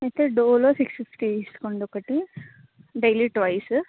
అయితే Dolo six fifty వేసుకోండి ఒకటి డైలీ ట్వైస్